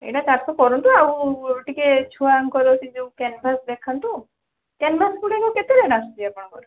ଏଇଟା ଚାରିଶହ କରନ୍ତୁ ଆଉ ଟିକେ ଛୁଆଙ୍କର ସେହି ଯେଉଁ କାନଭାସ୍ ଦେଖାନ୍ତୁ କେନଭାସଗୁଡ଼ାକ କେତେ ରେଟ୍ ଆସୁଛି ଆପଣଙ୍କର